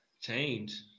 Change